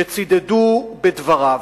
שצידדו בדבריו.